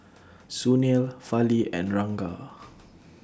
Sunil Fali and Ranga